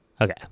Okay